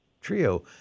Trio